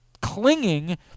clinging